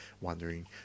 wondering